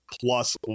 plus